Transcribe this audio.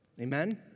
Amen